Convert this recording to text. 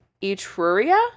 etruria